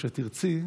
כשתרצי,